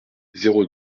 zéro